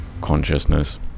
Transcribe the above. consciousness